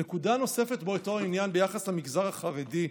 נקודה נוספת באותו עניין, ביחס למגזר החרדי,